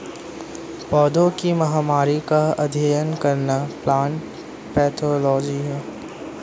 पौधों की महामारी का अध्ययन करना प्लांट पैथोलॉजी है